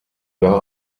war